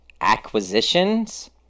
acquisitions